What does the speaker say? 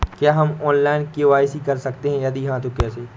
क्या हम online KYC कर सकते हैं यदि हाँ तो कैसे?